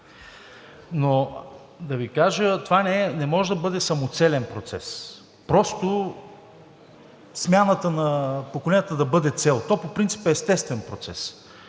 Но да Ви кажа, това не може да бъде самоцелен процес – смяната на поколенията просто да бъде цел. То по принцип е естествен процес.